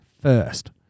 First